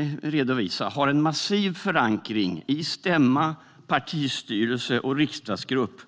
Centerpartiets linje har en massiv förankring i stämma, partistyrelse och riksdagsgrupp.